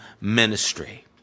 ministry